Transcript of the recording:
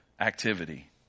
Activity